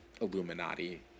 Illuminati